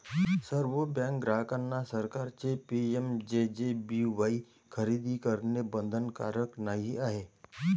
सर्व बँक ग्राहकांना सरकारचे पी.एम.जे.जे.बी.वाई खरेदी करणे बंधनकारक नाही आहे